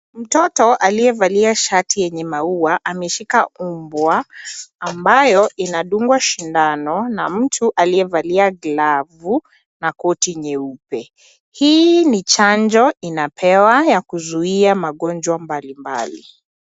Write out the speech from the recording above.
Mtoto aliyevaa shati lenye maua ameshika mbwa ambayo inadungwa sindano na mtu aliyevalia glavu na koti nyeupe . Hii ni chanjo inapewa ya kuzuia magonjwa mbalimbali.